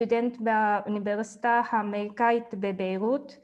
‫סטודנט באוניברסיטה האמריקאית ‫בביירות.